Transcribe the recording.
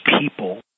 people